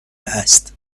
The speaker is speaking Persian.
است